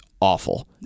awful